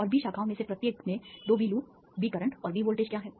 और B शाखाओं में से प्रत्येक में 2 B लूप B करंट और B वोल्टेज क्या हैं